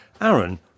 Aaron